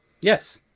Yes